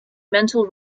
mental